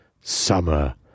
Summer